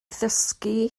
ddysgu